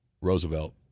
Roosevelt